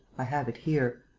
i have it here.